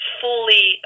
fully